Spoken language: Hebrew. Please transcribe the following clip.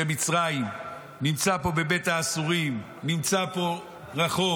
במצרים, נמצא פה בבית האסורים, נמצא פה רחוק,